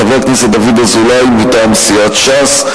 חבר הכנסת דוד אזולאי מטעם סיעת ש"ס.